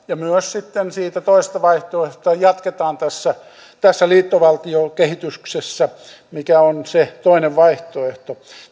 ja myös sitten siitä toisesta vaihtoehdosta että jatketaan tässä tässä liittovaltiokehityksessä mikä on se toinen vaihtoehto